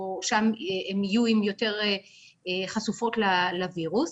או שם הן יהיו יותר חשופות לווירוס.